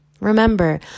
Remember